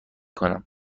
کنم